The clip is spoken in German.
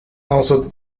außer